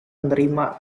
menerima